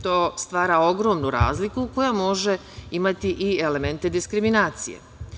To stvara ogromnu razliku, koja može imati i elemente diskriminacije.